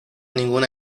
ninguna